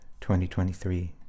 2023